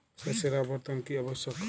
শস্যের আবর্তন কী আবশ্যক?